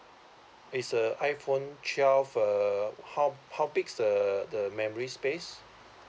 is a iphone twelve uh how how big the the memory space